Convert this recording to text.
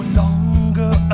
longer